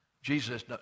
Jesus